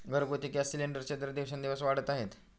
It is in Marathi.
घरगुती गॅस सिलिंडरचे दर दिवसेंदिवस वाढत आहेत